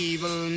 Evil